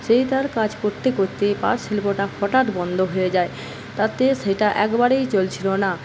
সেই তার কাজ করতে করতে পাটশিল্পটা হঠাৎ বন্ধ হয়ে যায় তাতে সেটা একবারেই চলছিল না